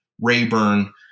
Rayburn